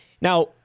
Now